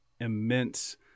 immense